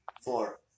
Four